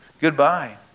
goodbye